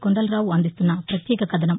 కొండలరావు అందిస్తున్న ప్రపత్యేక కథనం